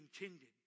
intended